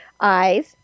eyes